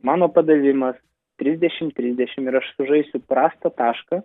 mano padavimas trisdešimt trisdešimt ir aš sužaisiu prastą tašką